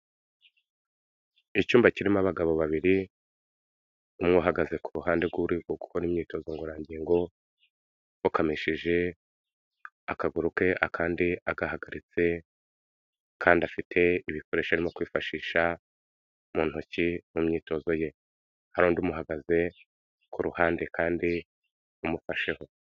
Icyumba kirimo abagabo babiri, umwe uhagaze ku ruhande rw'uri gukora imyitozo ngororangingo, upfukamishije akaguru ke akandi agahagaritse, kandi afite ibikoresho arimo kwifashisha mu ntoki mu myitozo ye. Hari undi umuhagaze ku ruhande kandi umufasheho.